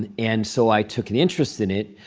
and and so i took an interest in it.